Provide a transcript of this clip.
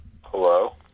Hello